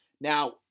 Now